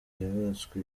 yubatswe